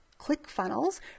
ClickFunnels